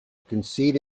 concede